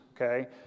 okay